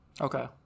Okay